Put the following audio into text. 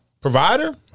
provider